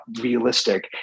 realistic